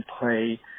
play